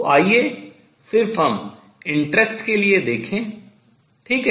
तो आइए हम सिर्फ interest रूचि के लिए देखें ठीक है